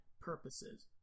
purposes